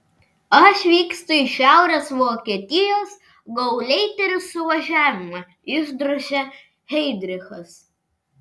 aš vykstu į šiaurės vokietijos gauleiterių suvažiavimą išdrožė heidrichas